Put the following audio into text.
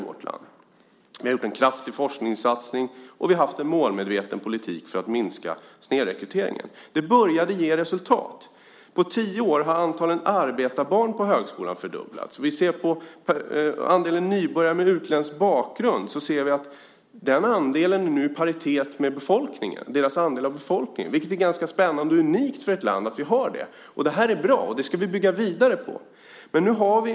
Vi har gjort en kraftig forskningssatsning och vi har haft en målmedveten politik för att minska snedrekryteringen. Det började ge resultat. På tio år har antalet arbetarbarn på högskolan fördubblats. Andelen nybörjare med utländsk bakgrund är nu i paritet med deras andel av befolkningen. Det är ganska spännande och unikt för ett land. Det är bra. Det ska vi bygga vidare på.